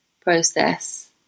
process